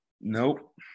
Nope